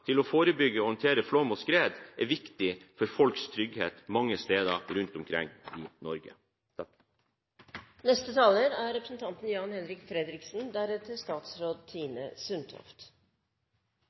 til å forebygge og håndtere flom- og skredrisiko er viktig for folks trygghet mange steder rundt omkring i Norge. Det er liten tvil om at våre klima- og miljøutfordringer er